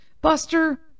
Buster